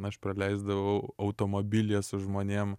aš praleisdavau automobilyje su žmonėm